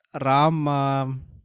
Ram